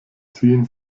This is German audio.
ziehen